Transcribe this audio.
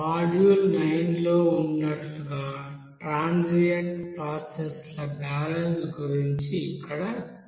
module 9 లో ఉన్నట్లుగా transient process ల బ్యాలెన్స్ గురించి ఇక్కడ చర్చిస్తాము